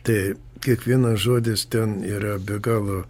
tai kiekvienas žodis ten yra be galo